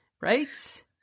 Right